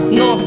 no